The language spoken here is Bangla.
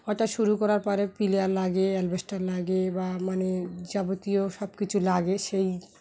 ওটা শুরু করার পরে প্লাই লাগে অ্যাসবেস্টস লাগে বা মানে যাবতীয় সব কিছু লাগে সেই